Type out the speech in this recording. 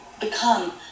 become